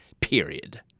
period